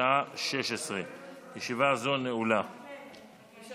בשעה 16:00.